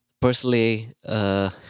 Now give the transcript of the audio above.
Personally